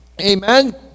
Amen